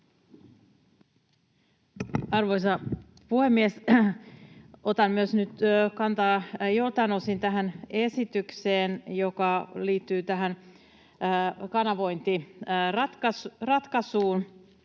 Arvoisa puhemies! Otan myös nyt kantaa joltain osin tähän esitykseen, joka liittyy tähän kanavointiratkaisuun.